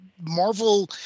marvel